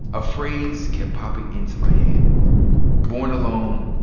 a phrase kept popping into my head born alone,